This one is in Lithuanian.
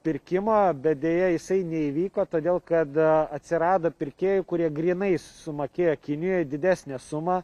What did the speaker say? pirkimo bet deja jisai neįvyko todėl kad atsirado pirkėjų kurie grynais sumokėjo kinijoj didesnę sumą